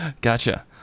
gotcha